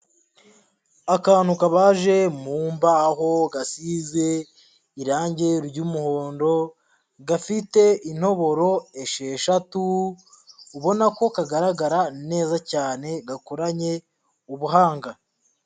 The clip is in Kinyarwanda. Akantu kabaje mu mbaho gasize irange ry'umuhondo, gafite intoboro esheshatu ubona ko kagaragara neza cyane gakoranye ubuhanga.